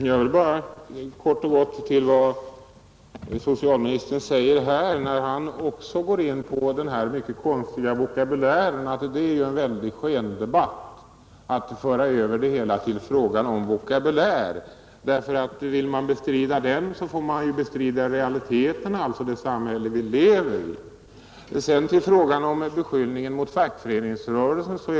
Herr talman! När också socialministern talar om vår mycket konstiga vokabulär vill jag kort och gott säga till honom att det är en skendebatt att föra över diskussionen till en fråga om vokabulären. Vill man bestrida den får man bestrida realiteteterna, det samhälle som vi lever i. Socialministern sade att vi framför beskyllningar mot fackföreningsrörelsen.